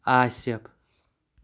Asif